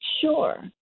sure